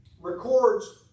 records